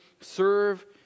serve